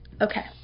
Okay